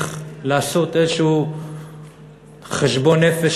צריך לעשות איזשהו חשבון נפש,